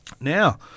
Now